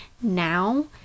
now